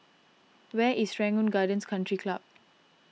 where is Serangoon Gardens Country Club